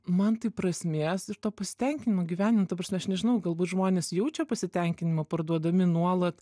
man tai prasmės ir to pasitenkinimo gyvenimu ta prasme aš nežinau galbūt žmonės jaučia pasitenkinimą parduodami nuolat